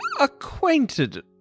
Acquainted